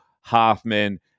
Hoffman